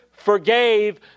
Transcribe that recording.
forgave